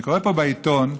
אני קורא פה, בעיתון,